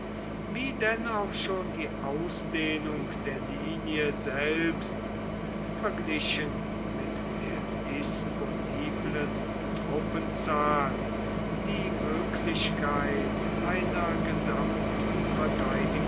wie denn auch schon die ausdehnung der linie selbst verglichen mit der disponiblen truppenzahl die möglichkeit einer